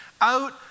out